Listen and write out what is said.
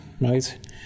right